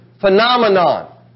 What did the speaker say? phenomenon